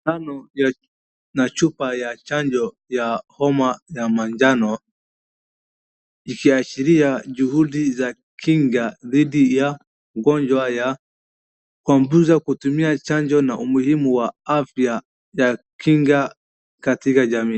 Sindano na chupa ya chanjo ya homa ya manjano, ikiashiria juhudi za kinga dhidi ya ugonjwa ya kuanguza kutumia chanjo na umuhimu wa afya ya kinga katika jamii.